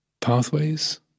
pathways